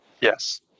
Yes